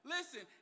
Listen